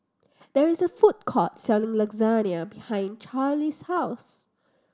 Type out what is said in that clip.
there is a food court selling Lasagna behind Charly's house